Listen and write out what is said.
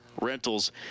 rentals